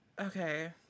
okay